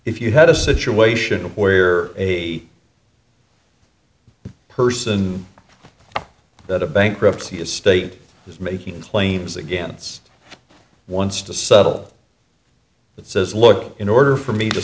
if you had a situation where a person that a bankruptcy estate is making claims against wants to settle but says look in order for me to